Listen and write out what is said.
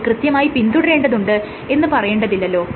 ഇത് കൃത്യമായി പിന്തുടരേണ്ടതുണ്ട് എന്ന് പറയേണ്ടതില്ലല്ലോ